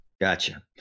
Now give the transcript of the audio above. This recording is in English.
gotcha